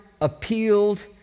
appealed